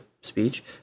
speech